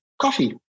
coffee